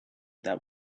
that